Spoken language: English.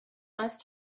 must